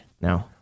No